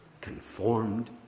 conformed